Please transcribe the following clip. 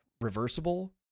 reversible